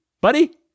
buddy